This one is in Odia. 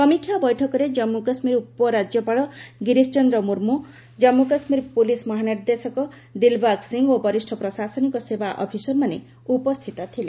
ସମୀକ୍ଷା ବୈଠକରେ କାଞ୍ଚୁ କାଶ୍ମୀର ଉପରାଜ୍ୟପାଳ ଗିରିଶ ଚନ୍ଦ୍ର ମୁର୍ମୁ କାଞ୍ଚୁ କାଶ୍ମୀର ପୁଲିସ୍ ମହାନିର୍ଦ୍ଦେଶକ ଦିଲ୍ବାଗ ସିଂହ ଓ ବରିଷ୍ଣ ପ୍ରଶାସନିକ ସେବା ଅଫିସରମାନେ ଉପସ୍ଥିତ ଥିଲେ